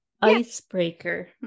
Icebreaker